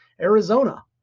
Arizona